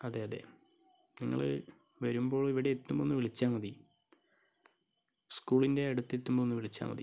അതെ അതെ നിങ്ങൾ വരുമ്പോൾ ഇവിടെ എത്തുമ്പോൾ ഒന്നു വിളിച്ചാൽ മതി സ്കുളിന്റെ അടുത്ത് എത്തുമ്പം ഒന്ന് വിളിച്ചാൽ മതി